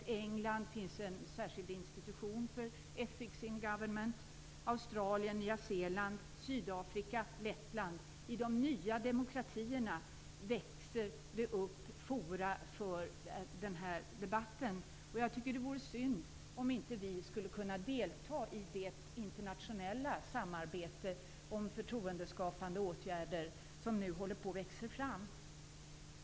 I England finns en särskild institution när det gäller ethics in government. Sådana finns i Australien, Nya Zeeland, Sydafrika och Lettland. I de nya demokratierna växer det upp forum för den här debatten. Det vore synd om inte vi skulle kunna delta i det internationella samarbete om förtroendeskapande åtgärder som nu håller på att växa fram.